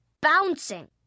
Bouncing